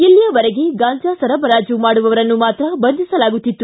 ಇಲ್ಲಿಯವರೆಗೆ ಗಾಂಜಾ ಸರಬರಾಜು ಮಾಡುವವರನ್ನು ಮಾತ್ರ ಬಂಧಿಸಲಾಗುತ್ತಿತ್ತು